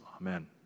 Amen